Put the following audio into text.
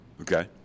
Okay